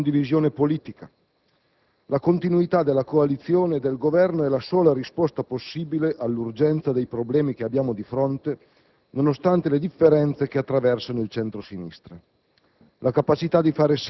anzitutto di una condivisione politica. La continuità della coalizione di Governo è la sola risposta possibile all'urgenza dei problemi che abbiamo di fronte, nonostante le differenze che attraversano il centro-sinistra.